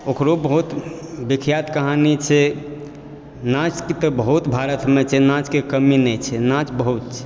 ओकरो बहुत विख्यात कहानी छै नाँचके बहुत भारतमे छै नाँचके कमी नहि छै नाँच बहुत छै